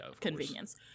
convenience